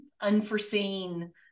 unforeseen